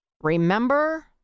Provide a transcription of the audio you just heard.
Remember